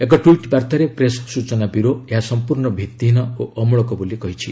ଏକ ଟ୍ୱିଟ୍ ବାର୍ତ୍ତାରେ ପ୍ରେସ୍ ସ୍ଟଚନା ବ୍ୟୁରୋ ଏହା ସମ୍ପର୍ଶ୍ଣ ଭିତ୍ତିହିନ ଓ ଅମ୍ଳଳକ ବୋଲି କହିଛି